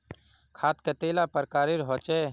खाद कतेला प्रकारेर होचे?